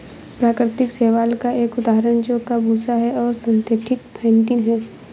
प्राकृतिक शैवाल का एक उदाहरण जौ का भूसा है और सिंथेटिक फेंटिन है